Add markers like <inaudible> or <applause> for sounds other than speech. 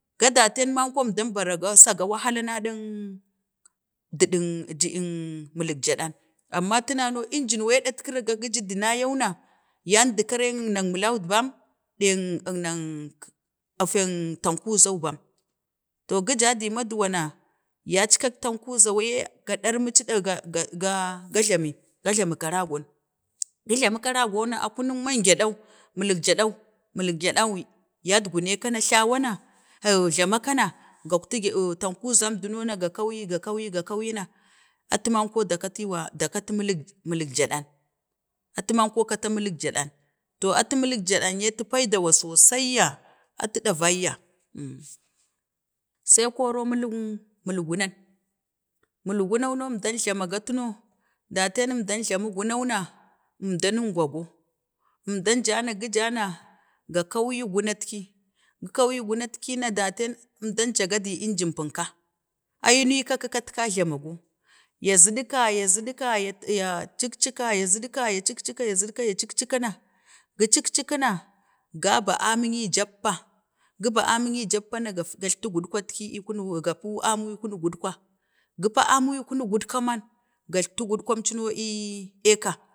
ga da teen manko əmdan bara go, san wahalin na dang, duding, duging miling gyaɗan, amma tu na no enginu we eeɗat kira gi ji du nayan na yandu kareng nang miling, kerang miling bang, dek nganak teek tangguzau, yi bam, to gi ja di maduwa na, ackak tankuzau, ye ga ɗarmici, ga, gaa, jlami, ga jlami ga garogon, ga jlani garagon na a kunuk man gyaɗau, miling gyadau, dak gyadak yad gune kana jlawa na, liw jlama kina gaktu, gyad, or tukuzam duno na ga kanyi, ga kanyi, ga kanyi na, atu man ko da katiwa, da kati miling gyaɗana atu man ko katau miling gyadan, to atu miling gyadan yee atu pay dawa so sayya, atu ɗayayya, <hesitation> sai koro miling, miling qunan, əmdan glama ga tu no daten əmdan glamu gunau na, əmdan nun gogo, əmdan ja na, gi ja na, ga kanyi gunatki, gi kanyi gunatki na, da teen, əmdan ja ga dii eyin pum, ka, ai ni ka kukitka jlan. glama go, ya zit zidka, ya zidka ya, ya cik cika, ya cikcika, ya zidka, ya cikcika, ya zikka ya cikcika na, gi cikciku na ga bu amin nyi jappa ga ba aming yi jappa na ga fi, gaslatu gudkwatki, əii kunu ga pii amun, ii kunuk gudkwa, ga pa amun ii gunik gudkwa man gasla tee gudkwan cuno ii <hesitation> ka, gipta ta gudkwan cuno ii eekan